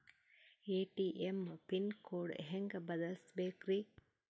ATM pin code ಹೆಂಗ್ ಬದಲ್ಸ್ಬೇಕ್ರಿ?